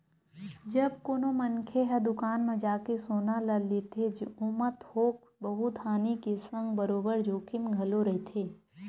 जब कोनो मनखे ह दुकान म जाके सोना ल लेथे ओमा थोक बहुत हानि के संग बरोबर जोखिम घलो रहिथे